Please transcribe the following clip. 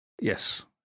Yes